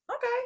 Okay